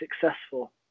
successful